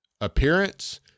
appearance